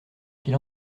qu’il